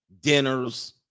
dinners